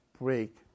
break